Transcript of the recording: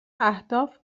اهداف